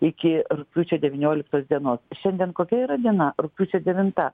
iki rugpjūčio devynioliktos dienos šiandien kokia yra diena rugpjūčio devinta